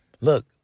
Look